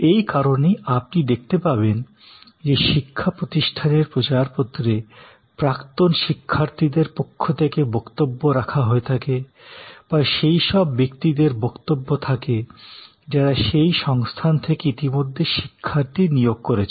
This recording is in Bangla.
এই কারণেই আপনি দেখতে পাবেন যে শিক্ষাপ্রতিষ্ঠানের প্রচারপত্রে প্রাক্তন শিক্ষার্থীদের পক্ষ থেকে বক্তব্য রাখা হয়ে থাকে বা সেইসব ব্যক্তিদের বক্তব্য থাকে যারাসেই সংস্থান থেকে ইতিমধ্যে শিক্ষার্থী নিয়োগ করেছেন